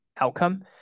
outcome